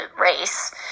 race